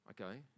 Okay